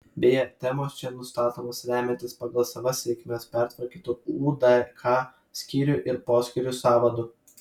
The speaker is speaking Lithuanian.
beje temos čia nustatomos remiantis pagal savas reikmes pertvarkytu udk skyrių ir poskyrių sąvadu